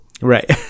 right